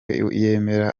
yemera